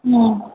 ஆ